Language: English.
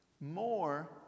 more